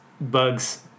bugs